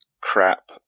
crap